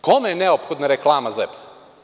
Kome je neophodna reklama za EPS?